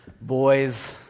Boys